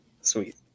Sweet